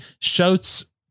Shouts